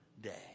day